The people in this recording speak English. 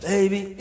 Baby